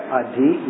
adi